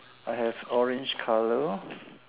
I have orange color